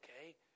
okay